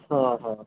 হ্যাঁ হ্যাঁ